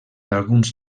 alguns